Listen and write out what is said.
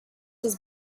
was